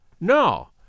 No